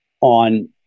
on